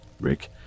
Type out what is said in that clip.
Rick